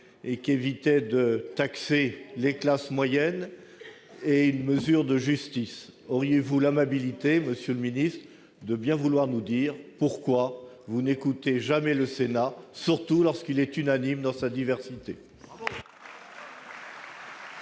et qui évitait de taxer les classes moyennes, et une mesure de justice. Auriez-vous l'amabilité, monsieur le secrétaire d'État, de bien vouloir nous dire pourquoi vous n'écoutez jamais le Sénat, surtout lorsqu'il est unanime dans sa diversité ?